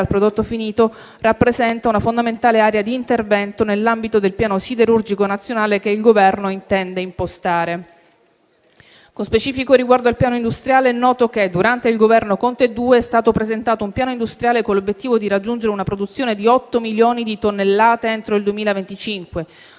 prodotto finito, rappresenta una fondamentale area di intervento nell'ambito del piano siderurgico nazionale che il Governo intende impostare. Con specifico riguardo al piano industriale, è noto che durante il Governo Conte II è stato presentato un piano industriale con l'obiettivo di raggiungere una produzione di 8 milioni di tonnellate entro il 2025,